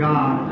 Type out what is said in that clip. God